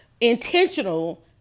intentional